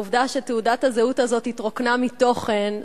העובדה שתעודת הזהות הזאת התרוקנה מתוכן,